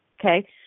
okay